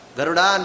Garuda